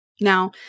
Now